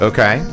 Okay